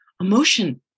Emotion